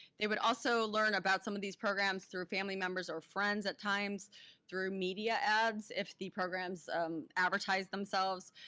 they would also learn about some of these programs through family members or friends at times through media ads if the programs advertise themselves,